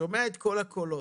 שומע את כל הקולות.